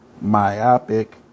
myopic